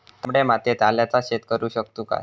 तामड्या मातयेत आल्याचा शेत करु शकतू काय?